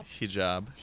Hijab